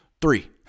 Three